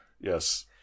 yes